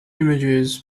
images